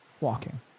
walking